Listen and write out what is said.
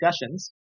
discussions